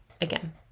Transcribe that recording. again